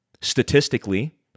Statistically